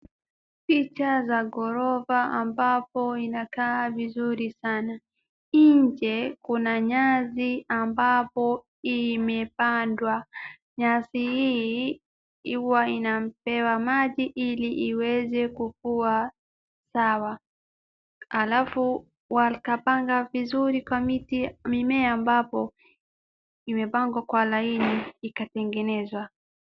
Picha za ghorofa ambapo inakaa vizuri sana, nje kuna nyasi ambapo imepandwa, nyasi hii huwa inapewa maji ili iweze kukuwa sawa halafu wakapanga vizuri kwa miti mimea ambapo imepangwa kwa laini ikatengenzwa.